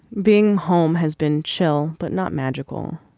being home has been chill but not magical.